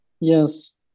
Yes